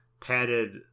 padded